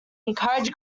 encourage